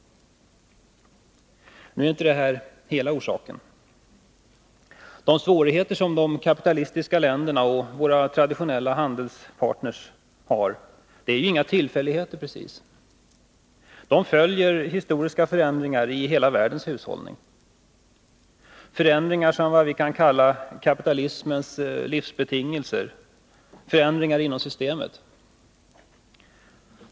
Nu är detta inte hela orsaken. De svårigheter som de kapitalistiska länderna och våra traditionella handelspartner har är inte precis några tillfälligheter. De följer av historiska förändringar i hela världens hushållning, förändringar i vad vi kan kalla kapitalismens livsbetingelser och förändringar inom systemet.